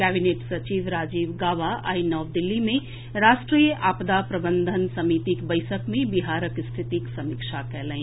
cabinet सचिव राजीव गाबा आइ नव दिल्ली मे राष्ट्रीय आपदा प्रबंधन समितिक बैसक मे बिहारक स्थितिक समीक्षा कयलनि